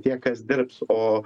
tie kas dirbs o